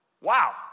Wow